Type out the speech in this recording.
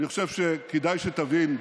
אני חושב שכדאי שתבין,